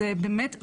עידית,